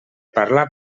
parlar